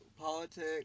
Politics